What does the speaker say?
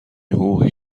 حقوقی